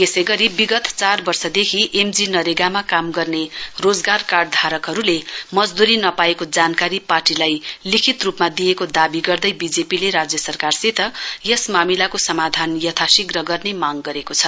यसै गरी विगत चार वर्षदेखि एमजी नरेगामा काम गर्ने रोजगार कार्डधारकहरूले मजदूरी नपाएको जानकारी पार्टीलाई लिखित रूपमा दिएको दाबी गर्दै बीजेपीले राज्य सरकारसित यस मामिलाको समाधान यथाशीध्र गर्दै मांग गरेको छ